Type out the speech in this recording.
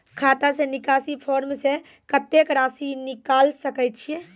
खाता से निकासी फॉर्म से कत्तेक रासि निकाल सकै छिये?